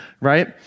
Right